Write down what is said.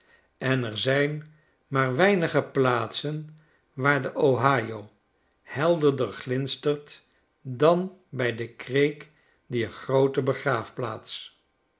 en er zijn maar weinigplaatsen waar de ohio helderder glinstert dan bij de kreek dier groote begraafplaats